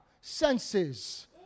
senses